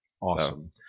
Awesome